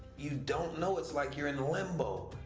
you don't know. it's like you're in limbo.